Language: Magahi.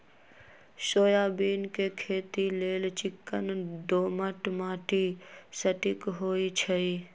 सोयाबीन के खेती लेल चिक्कन दोमट माटि सटिक होइ छइ